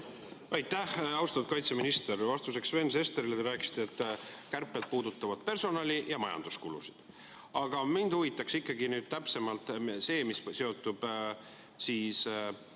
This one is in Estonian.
Aitäh! Austatud kaitseminister! Vastuseks Sven Sesterile te rääkisite, et kärped puudutavad personali‑ ja majanduskulusid. Aga mind huvitab ikkagi täpsemalt see, mis seondub sõjaliste